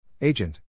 Agent